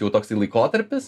jau toksai laikotarpis